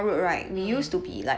hmm